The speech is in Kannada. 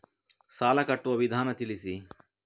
ಸಾಲ ಕಟ್ಟುವ ವಿಧಾನ ತಿಳಿಸಿ?